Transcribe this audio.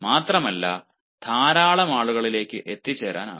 മാത്രമല്ല ധാരാളം ആളുകളിലേക്ക് എത്തിച്ചേരാനാകും